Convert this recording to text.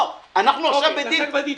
אנחנו עכשיו מדברים על הדי-ג'יי.